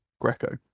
greco